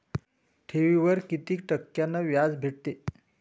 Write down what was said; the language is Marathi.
ठेवीवर कितीक टक्क्यान व्याज भेटते?